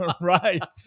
right